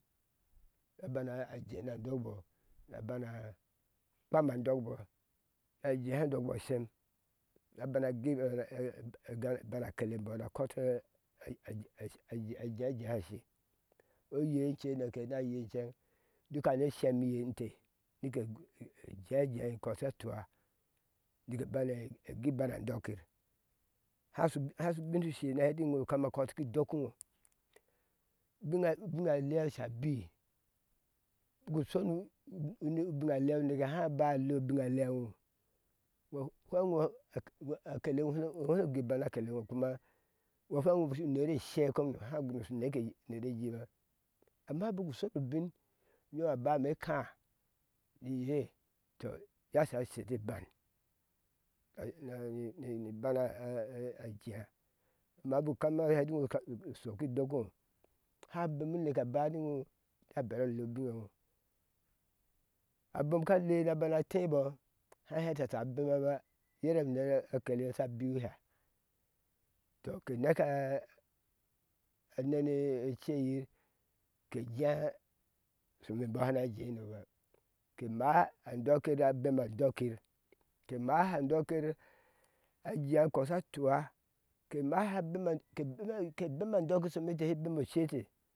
Abana jee na dɔkbɔɔ no bana kpam a dɔkbɔɔ a jehi dɔkɔɔ ishem na bana gui ibana na kɔtɔ na aji aji ajia jia shashe oyei incɛne kena yei inceŋ duk na shemi inte nike gu ejea jea kɔsha tua nike bane gui bana ndɔkir hashu hashu ubin shu she ati iŋo kama kɔti ki doki ŋo bina bina alea sha abi bik u shanu u u bina lea uneke há aba leo bina lea eŋo ŋohu fweŋ iŋo akele iŋo bushi ushu uner eshɛɛ kɔmma ushu nere shɛɛ kɔmno hau unyom a ba méé káá ni iye tɔ iye asha ashete ban ni bana ajea ma buk kama hɛka usho ki doki ŋo hau u bemi ŋo nu neke aba ni ŋo na bele aleu ubine ŋo abomkale na bana téébɔ hááhɛ ata ashe a bemaba yera akele sha biwiha to ke neka a a aneni e ceyir ke jee shokpe bɔɔ na jei noba ka máá adɔkir abema dɔkir ke mahandɔkir ajea ekɔ sha tua ke máhaabin ke maha ke bema ke bema andɔkir shome ente she bemo ace te